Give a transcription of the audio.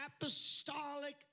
apostolic